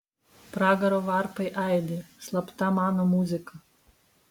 pragaro varpai aidi slapta mano muzika